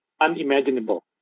unimaginable